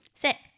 Six